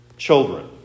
Children